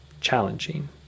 challenging